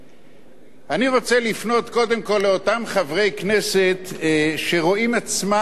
אני רוצה לפנות קודם כול לאותם חברי כנסת שרואים עצמם כחרדים.